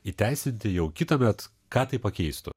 įteisinti jau kitąmet ką tai pakeistų